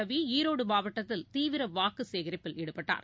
ரவிஈரோடுமாவட்டத்தில் தீவிரவாக்குசேகரிப்பில் ஈடுபட்டார்